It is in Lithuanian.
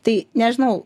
tai nežinau